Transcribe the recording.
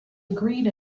agreed